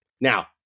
Now